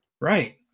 Right